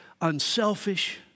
unselfish